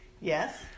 Yes